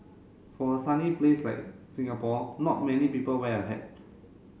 for a sunny place like Singapore not many people wear a hat